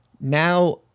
now